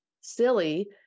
silly